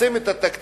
לשים את התקציב,